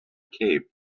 cape